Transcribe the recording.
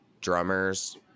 drummers